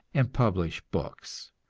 and publish books.